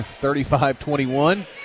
35-21